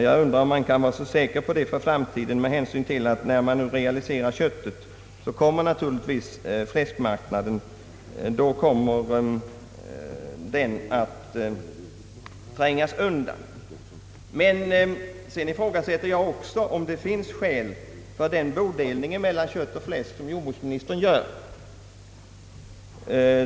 Jag undrar om man kan vara säker på det för framtiden med hänsyn till att fläskmarknaden naturligtvis trängs undan när man nu realiserar köttet. Men sedan ifrågasätter jag också om det finns skäl för den bodelning mellan kött och fläsk som jordbruksministern gör.